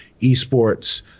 esports